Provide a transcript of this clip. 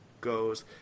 goes